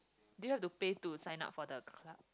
do you have to pay to sign up for the club